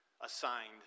assigned